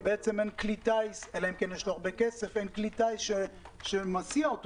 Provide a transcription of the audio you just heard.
אם אין כלי טיס אלא אם כן יש לו הרבה כסף - שמסיע אותו.